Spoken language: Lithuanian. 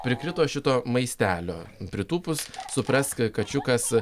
prikrito šito maistelio pritūpus suprask kačiukas